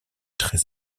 très